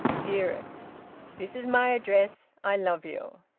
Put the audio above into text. dearest this is my address. i love you.